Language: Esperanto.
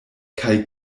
kaj